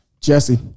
Jesse